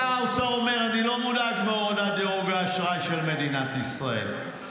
שר האוצר אומר: אני לא מודאג מהורדת דירוג האשראי של מדינת ישראל,